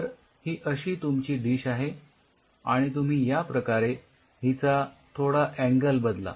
तर ही अशी तुमची डिश आहे आणि तुम्ही याप्रकारे हिचा थोडा अँगल बदला